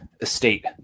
Estate